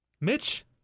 Mitch